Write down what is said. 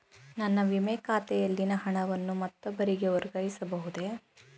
ನನ್ನ ವಿಮೆ ಖಾತೆಯಲ್ಲಿನ ಹಣವನ್ನು ಮತ್ತೊಬ್ಬರಿಗೆ ವರ್ಗಾಯಿಸ ಬಹುದೇ?